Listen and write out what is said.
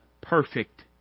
perfect